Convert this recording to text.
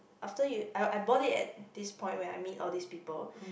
after you I I bought it at this point where I meet all these people